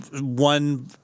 one